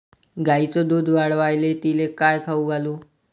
गायीचं दुध वाढवायले तिले काय खाऊ घालू?